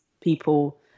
people